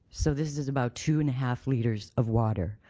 so this is about two and a half litres of water.